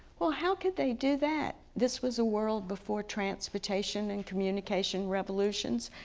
well how could they do that, this was a world before transportation and communication revolutions,